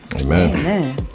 Amen